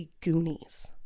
goonies